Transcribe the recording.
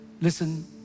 Listen